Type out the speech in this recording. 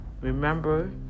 remember